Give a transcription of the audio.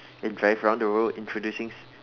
and drive around the world introducing